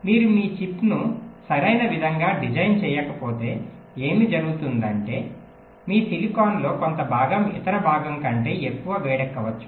మీరు మీ చిప్ను సరైన విధంగా డిజైన్ చేయకపోతే ఏమి జరుగుతుందంటే మీ సిలికాన్లో కొంత భాగం ఇతర భాగం కంటే ఎక్కువ వేడెక్కవచ్చు